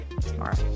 tomorrow